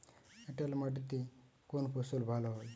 এঁটেল মাটিতে কোন ফসল ভালো হয়?